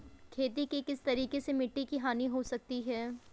खेती के किस तरीके से मिट्टी की हानि हो सकती है?